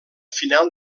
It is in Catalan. final